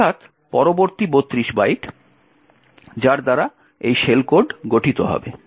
অর্থাৎ পরবর্তী 32 বাইট যার দ্বারা এই শেল কোড গঠিত হবে